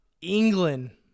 England